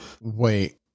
Wait